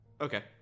Okay